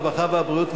הרווחה והבריאות,